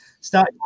Start